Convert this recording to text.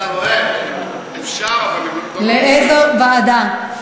לאיזו ועדה?